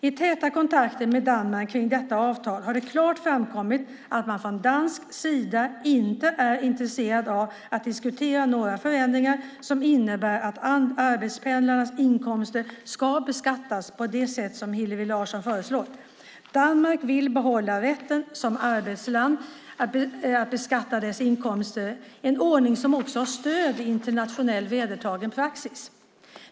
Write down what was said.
I täta kontakter med Danmark kring detta avtal har det klart framkommit att man från dansk sida inte är intresserade av att diskutera några förändringar som innebär att arbetspendlarnas inkomster ska beskattas på det sätt som Hillevi Larsson föreslår. Danmark vill bibehålla rätten att som arbetsland beskatta dessa inkomster, en ordning som har stöd i internationellt vedertagen praxis.